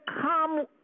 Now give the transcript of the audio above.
come